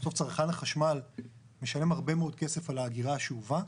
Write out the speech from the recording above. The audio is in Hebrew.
בסוף צרכן החשמל משלם הרבה מאוד כסף על האגירה השאובה.